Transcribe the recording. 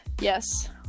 yes